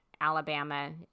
Alabama